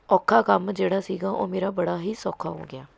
ਔਖਾ ਕੰਮ ਜਿਹੜਾ ਸੀਗਾ ਉਹ ਮੇਰਾ ਬੜਾ ਹੀ ਸੌਖਾ ਹੋ ਗਿਆ